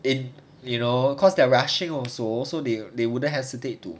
in you know cause they're rushing also so they they wouldn't hesitate to